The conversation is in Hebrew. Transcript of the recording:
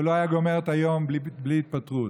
הוא לא היה גומר את היום בלי התפטרות,